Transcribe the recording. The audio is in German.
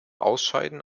ausscheiden